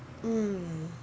mm